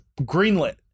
greenlit